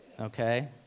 okay